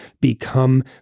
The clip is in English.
become